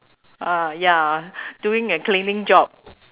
uh ya doing a cleaning job